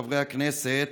חברי הכנסת,